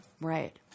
Right